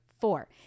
four